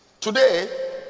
today